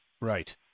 right